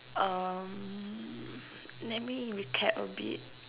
um let me recap a bit